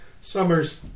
Summers